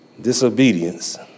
disobedience